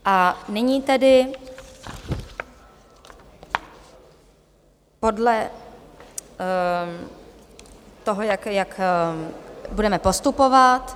A nyní, tedy podle toho, jak budeme postupovat.